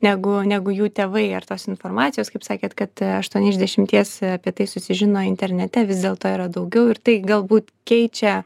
negu negu jų tėvai ar tos informacijos kaip sakėt kad aštuoni iš dešimties apie tai susižino internete vis dėlto yra daugiau ir tai galbūt keičia